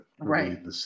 Right